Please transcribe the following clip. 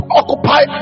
occupy